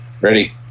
Ready